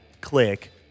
click